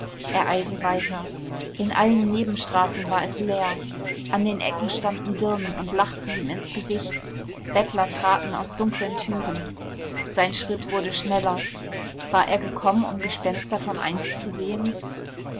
er eilte weiter in allen nebenstraßen war es leer an den ecken standen dirnen und lachten ihm ins gesicht bettler traten aus dunklen türen sein schritt wurde schneller war er gekommen um gespenster von einst zu sehen